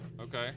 Okay